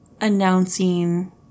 announcing